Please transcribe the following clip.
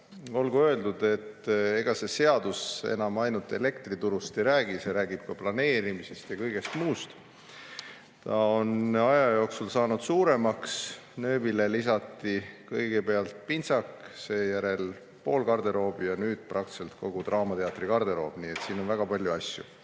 Olgu öeldud, et see seadus ei räägi enam ainult elektriturust, vaid see räägib ka planeerimisest ja kõigest muust. Ta on aja jooksul saanud suuremaks: nööbile lisati kõigepealt pintsak, seejärel pool garderoobi ja nüüd praktiliselt kogu draamateatri garderoob, nii et siin on väga palju asju.